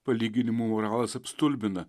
palyginimų moralas apstulbina